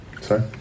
Sorry